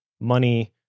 money